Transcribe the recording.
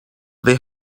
they